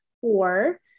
four